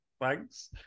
thanks